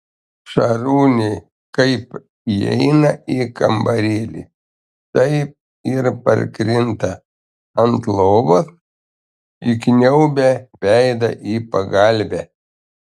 šarūnė kaip įeina į kambarėlį taip ir parkrinta ant lovos įkniaubia veidą į pagalvę